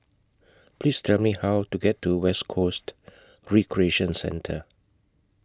Please Tell Me How to get to West Coast Recreation Centre